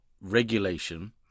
regulation